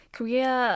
Korea